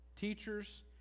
teachers